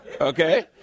okay